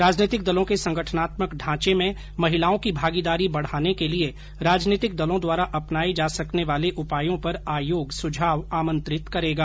राजनीतिक दलों के संगठनात्मक ढाचे में महिलाओं की भागीदारी बढ़ाने के लिए राजनीतिक दलों द्वारा अपनाये जा सकने वाले उपायों पर आयोग सुझाव आमंत्रित करेगा